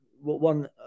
one